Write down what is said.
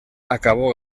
acabó